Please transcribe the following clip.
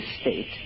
state